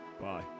Bye